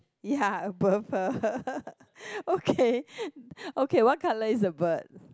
ya above her okay okay what colour is the bird